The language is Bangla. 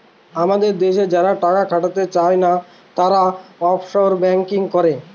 আমাদের দেশে যারা টাকা খাটাতে চাই না, তারা অফশোর ব্যাঙ্কিং করে